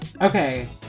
okay